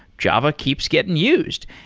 java keeps getting used.